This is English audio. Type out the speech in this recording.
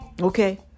okay